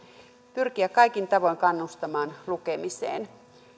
pyrkiä kaikin tavoin kannustamaan lukemiseen